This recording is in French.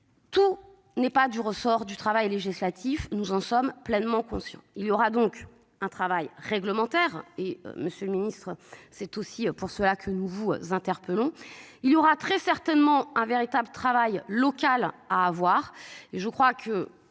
Tout n'est pas du ressort du travail législatif, nous en sommes pleinement conscients. Il y aura donc un travail réglementaire et Monsieur le Ministre, c'est aussi pour cela que nous vous interpellons il y aura très certainement un véritable travail local à avoir, et je crois que